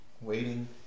Waiting